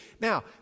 Now